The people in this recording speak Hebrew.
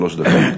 שלוש דקות.